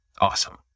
awesome